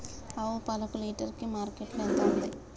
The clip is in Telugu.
ఆవు పాలకు లీటర్ కి మార్కెట్ లో ఎంత ఉంది?